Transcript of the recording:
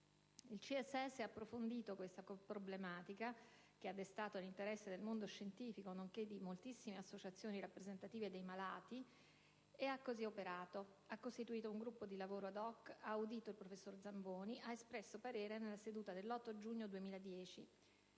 Il CSS ha approfondito tale problematica, che ha destato l'interesse del mondo scientifico, nonché di numerose associazioni rappresentative dei malati di sclerosi multipla, ed ha così operato: ha costituito un gruppo di lavoro *ad hoc*; ha audito il professor Zamboni; ha espresso parere nella seduta dell'8 giugno 2010